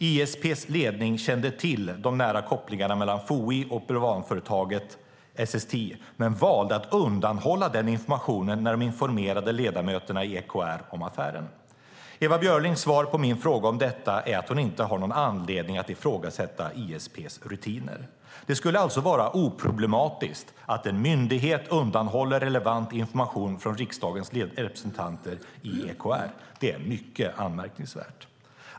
ISP:s ledning kände till de nära kopplingarna mellan FOI och bulvanföretaget SSTI men valde att undanhålla denna information när de informerade ledamöterna i EKR om affären. Ewa Björlings svar på min fråga om detta är att hon inte har någon anledning att ifrågasätta ISP:s rutiner. Det skulle alltså vara oproblematiskt att en myndighet undanhåller relevant information från riksdagens representanter i EKR. Det är mycket anmärkningsvärt.